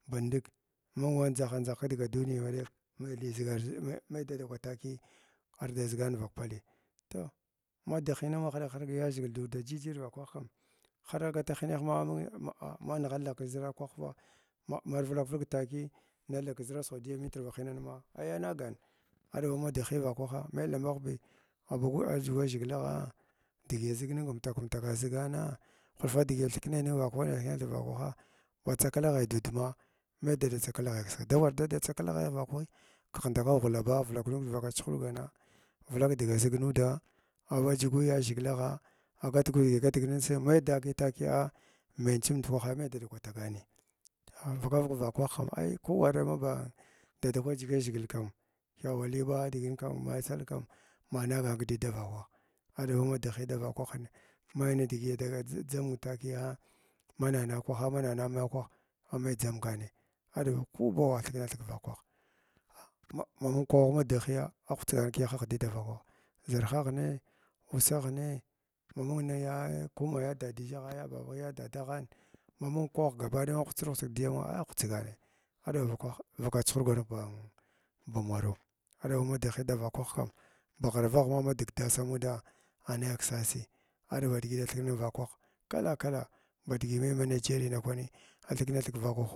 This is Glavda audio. Mba ndukka mung wan ndʒihgant dʒahig k digi duniya ba ɗek mai li mai dada kwtakiya arda ʒigan vakpalni toh ma dig hiya ma haɗghant haɗg damaʒhgik du uda djirira vakwa kam har agatu huneha ma ma manighal nigh kiʒir kwah ma marvulak vulg takiy zalnug kʒraa sandiya nitr ba hiinanana ai anagan aɗba ma dighi vakwahs mai tha lambaghbi aɓagu ba dʒuga ʒhiglagha digi aʒigning amtak kumtaka a ʒugana hulfa chidi a thiknai kumtaka a ʒugana hulfa chigi athinknai ning vakwaniya athk na thing vakwahg mai tsakala ghaiy du udma mai dada tsakala ghai bi da war dada tsakala ghai vakwahi kiʒh ndakui aghwlaba vulg nud kivaka chuhurgana vulak fga zignudana aba dʒugu yaʒhiglagha a gat gu diga gatig ning siyi mai wa a takiya a meng tsim ndukwaha mai dada kwa tagani vaka vakgh vakagh kam ai ku war dada kwa dʒiga zhigil kam thaba li badigin kam ba sall kam managan kidi darakwah aɗba ma dihhii davakwani mai ci digi ada dʒamg ninghi takiya manana kwana mana ha kwaha a maiy dʒamgani aɗba ku awah a thikna thig vakwah ma ma krab ma dighɓiyya agh hutsgan kiy yahagh dida vakwah zarhaghni, uusaghnii, mamung niya niya dadija a ba dadaghan ma mung ko awagh ga baɗay aghwtstir hutsg diyammungh agh hutsgana aɗba vakwah vuka chuhurgan kwan ba ba maraw aɗba dighhi davakwaha baghra vagha ma digdasa nundaa anaiy kisasi aɗba digi ada th kna ningh vakwah kala kala badigi mai ma nigeriyin digin ndakwani athik na.